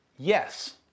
yes